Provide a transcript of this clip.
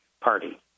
party